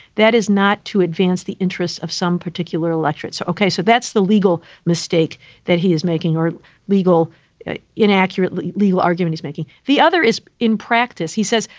that is not to advance the interests of some particular electorate. so, ok, so that's the legal mistake that he is making or legal in accurately legal arguments making. the other is in practice, he says,